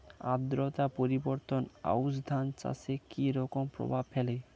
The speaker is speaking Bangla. আদ্রতা পরিবর্তন আউশ ধান চাষে কি রকম প্রভাব ফেলে?